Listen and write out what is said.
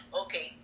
okay